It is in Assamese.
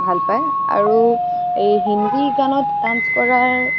ভাল পায় আৰু এই হিন্দী গানত ডান্স কৰাৰ